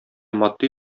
матди